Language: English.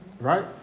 right